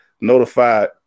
notified